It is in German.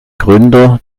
gründer